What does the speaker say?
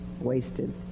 wasted